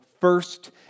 first